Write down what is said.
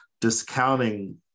discounting